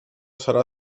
serà